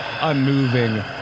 unmoving